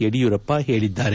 ಯದಿಯೂರಪ್ಪ ಹೇಳಿದ್ದಾರೆ